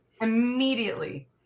Immediately